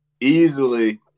easily